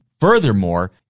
furthermore